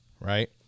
right